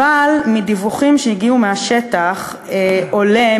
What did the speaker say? אבל מדיווחים שהגיעו מהשטח עולה,